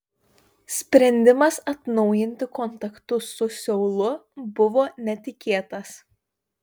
sprendimas atnaujinti kontaktus su seulu buvo netikėtas